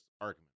argument